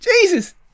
Jesus